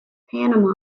panama